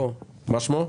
מה שמו?